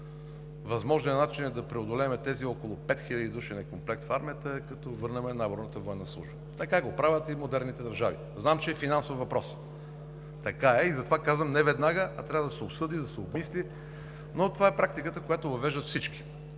възможният начин да преодолеем тези около 5 хиляди души некомплект в армията е като върнем наборната военна служба. Така го правят и модерните държави. Знам, че е финансов въпрос. Така е и затова казвам не веднага, а трябва да се обсъди, да се обмисли, но това е практиката, която въвеждат всички,